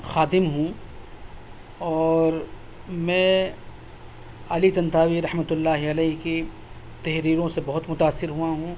خادم ہوں اور میں علی طنطاوی رحمتہ اللہ علیہ کی تحریروں سے بہت متأثر ہوا ہوں